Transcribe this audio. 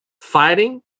fighting